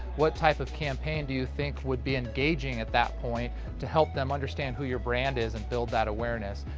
what type of campaign do you think would be engaging at that point to help them understand who your brand is and build that awareness?